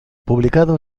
publicado